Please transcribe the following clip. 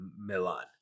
Milan